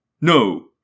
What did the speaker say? No